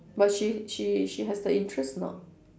but she she she has the interest or not